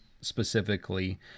specifically